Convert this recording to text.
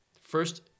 first